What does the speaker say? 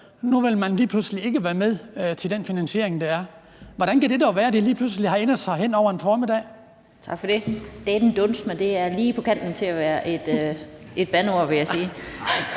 nu vil man lige pludselig ikke være med til den finansiering, der er. Hvordan kan det dog være, at det lige pludselig har ændret sig hen over en formiddag? Kl. 15:18 Den fg. formand (Annette Lind): Tak for det. »Dælendusme« er lige på kanten til at af være et bandeord, vil jeg sige.